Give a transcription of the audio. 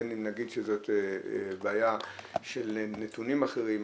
בין אם נגיד שזאת בעיה של נתונים אחרים,